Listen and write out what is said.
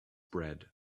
bread